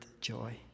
joy